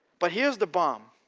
but here's the bomb.